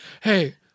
Hey